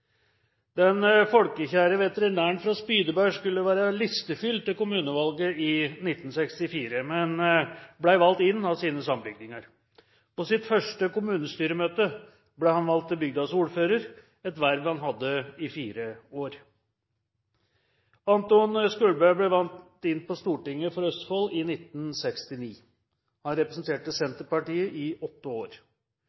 Den folkekjære veterinæren fra Spydeberg skulle være listefyll til kommunevalget i 1964, men ble valgt inn av sine sambygdinger. På sitt første kommunestyremøte ble han valgt til bygdas ordfører, et verv han hadde i fire år. Anton Skulberg ble valgt inn på Stortinget for Østfold i 1969. Han representerte